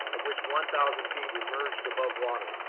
of which one thousand feet emerged above water.